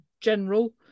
general